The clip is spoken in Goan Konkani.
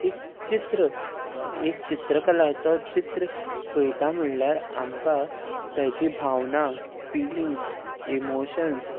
एक चित्र एक चित्रकलाचो चित्र पळयता म्हणल्यार आमकां ताची भावना फिलिंग्स इमोशन्स